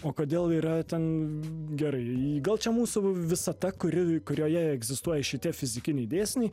o kodėl yra ten gerai gal čia mūsų visata kuri kurioje egzistuoja šitie fizikiniai dėsniai